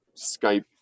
Skype